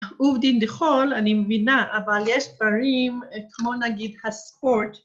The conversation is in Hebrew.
‫עובדין דחול, אני מבינה, ‫אבל יש פערים, כמו נגיד הספורט...